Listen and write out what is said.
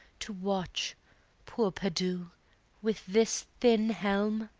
to watch poor perdu with this thin helm?